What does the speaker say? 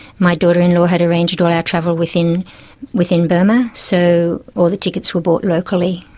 my daughter-in-law had arranged all our travel within within burma, so all the tickets were bought locally.